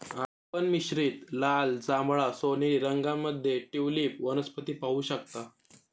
आपण मिश्रित लाल, जांभळा, सोनेरी रंगांमध्ये ट्यूलिप वनस्पती पाहू शकता